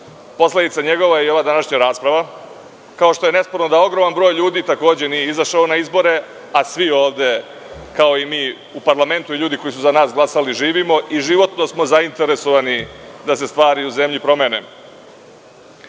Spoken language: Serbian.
posledica je i ova današnja rasprava, kao što je nesporno i da ogroman broj ljudi takođe nije izašao na izbore, a svi ovde, kao i mi u parlamentu, ljudi koji su za nas glasali, živimo i životno smo zainteresovani da se stvari u zemlji promene. Ono